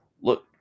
Look